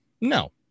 No